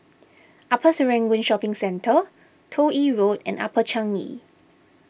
Upper Serangoon Shopping Centre Toh Yi Road and Upper Changi